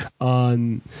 on